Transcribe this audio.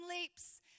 leaps